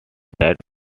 that